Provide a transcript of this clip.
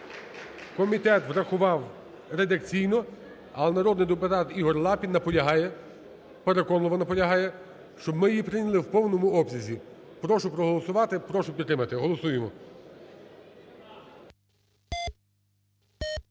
комітет врахував редакційно, але народний депутат Ігор Лапін наполягає, переконливо наполягає, щоб ми її прийняли у повному обсязі. Прошу проголосувати, прошу підтримати. Голосуємо.